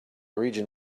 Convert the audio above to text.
region